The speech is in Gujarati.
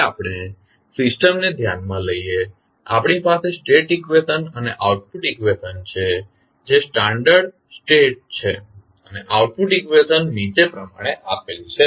હવે આપણે સિસ્ટમને ધ્યાનમા લઇએ આપણી પાસે સ્ટેટ ઇકવેશન અને આઉટપુટ ઇકવેશન છે જે સ્ટાન્ડર્ડ સ્ટેટ છે અને આઉટપુટ ઇકવેશન નીચે પ્રમાણે આપેલ છે